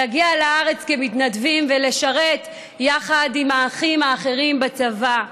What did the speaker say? להגיע לארץ כמתנדבים ולשרת יחד עם האחים האחרים בצבא.